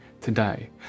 today